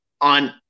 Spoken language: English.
on